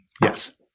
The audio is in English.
Yes